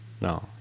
No